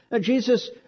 Jesus